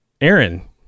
Aaron